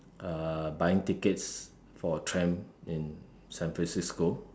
uh buying tickets for tram in San-Francisco